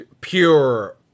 pure